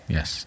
Yes